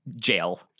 jail